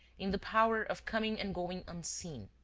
in the power of coming and going unseen.